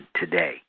today